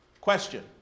Question